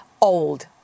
old